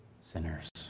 sinners